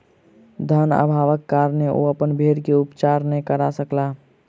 धन अभावक कारणेँ ओ अपन भेड़ के उपचार नै करा सकला